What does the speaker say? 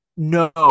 No